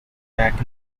back